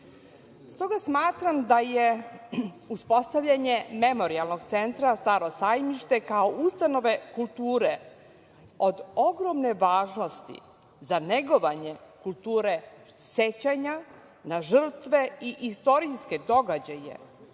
takav. Stoga smatram da je uspostavljanje Memorijalnog centra „Staro sajmište“ kao ustanove kulture od ogromne važnosti za negovanje kulture sećanja na žrtve i istorijske događaje